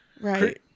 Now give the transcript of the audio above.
Right